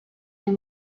new